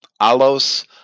alos